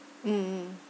mm mm